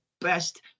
best